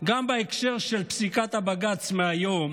גם בהקשר של פסיקת בג"ץ מהיום,